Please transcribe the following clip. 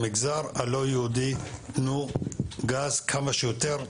במגזר הלא-יהודי תנו "גז" כמה שיותר.